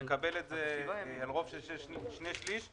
אני מקבל רוב של שני שליש,